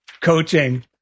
coaching